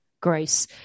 Grace